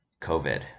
COVID